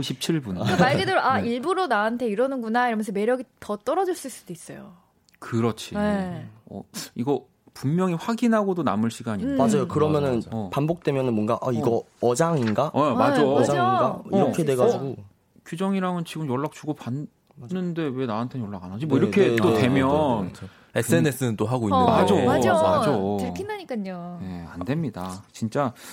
17분. 그 말 그대로 아, 네. 일부러 나한테 이러는구나 이러면서 매력이 더 떨어졌을 수도 있어요. 그렇지. 네. 어, 이거 분명히 확인하고도 남을 시간이. 음. 맞아요. 그러면은 어. 반복되면은 뭔가, 아, 어. 이거 어장인가? 어, 아, 맞아. 어장인가? 맞아. 이렇게 돼가지고. 규정이랑은 지금 연락 주고 받는데 맞아. 왜 나한테는 연락 안 하지? 네, 뭐 이렇게 네, 또 네, 되면. 네, 네, 네. SNS는 또 하고 어. 있는데. 맞아, 맞아. 맞아. 들킨다니깐요. 네, 안 됩니다. 진짜